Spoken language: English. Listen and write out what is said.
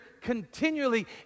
continually